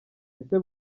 ese